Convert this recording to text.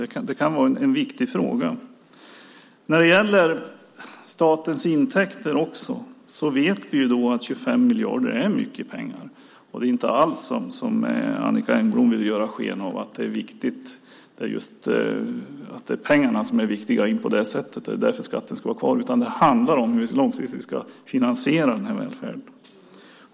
Det kan vara en viktig fråga. När det gäller statens intäkter vet vi att 25 miljarder är mycket pengar. Det är inte alls som Annicka Engblom vill göra sken av, nämligen pengarnas vikt på det sättet. Det är därför skatten ska vara kvar. Det handlar om hur vi långsiktigt ska finansiera välfärden.